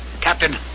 Captain